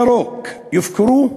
בתחומי הקו הירוק, יופקרו,